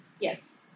Yes